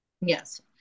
yes